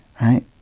Right